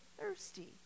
thirsty—